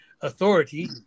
authority